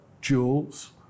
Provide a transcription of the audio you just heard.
jewels